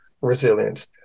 resilience